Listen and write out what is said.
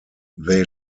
they